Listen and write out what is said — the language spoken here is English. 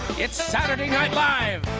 it's saturday night live